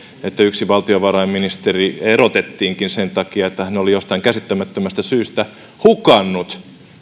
että yksi valtiovarainministeri erotettiinkin sen takia että hän oli jostain käsittämättömästä syystä hukannut